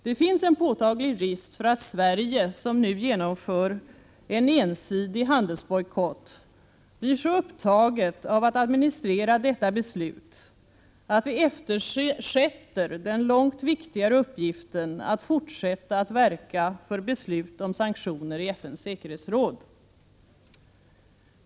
Det finns en påtaglig risk för att Sverige, som nu genomför en ensidig handelsbojkott, blir så upptaget av att administrera detta beslut att man eftersätter den långt viktigare uppgiften att fortsätta att verka för beslut om sanktioner i FN:s säkerhetsråd.